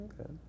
okay